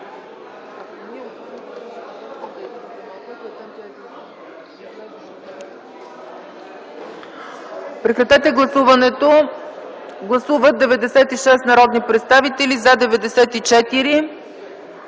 Прекратете гласуването! Гласували 69 народни представители: за 62,